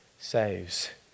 Saves